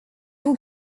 vous